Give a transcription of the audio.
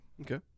okay